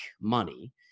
money